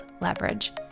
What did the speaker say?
leverage